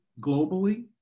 globally